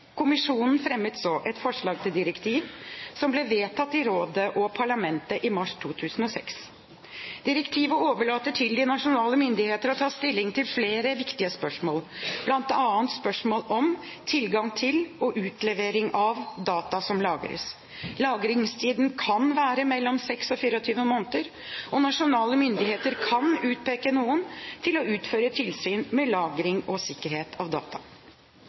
Kommisjonen fremmet så et forslag til direktiv, som ble vedtatt i rådet og parlamentet i mars 2006. Direktivet overlater til de nasjonale myndigheter å ta stilling til flere viktige spørsmål, bl.a. spørsmål om tilgang til og utlevering av data som lagres. Lagringstiden kan være mellom 6 og 24 måneder, og nasjonale myndigheter kan utpeke noen til å føre tilsyn med lagring og sikkerhet av data.